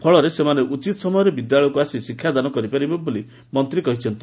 ଫଳରେ ସେମାନେ ଉଚିତ୍ ସମୟରେ ବିଦ୍ୟାଳୟକୁ ଆସି ଶିକ୍ଷାଦାନ କରିପାରିବେ ବୋଲି ମନ୍ତୀ କହିଛନ୍ତି